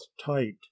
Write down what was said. tight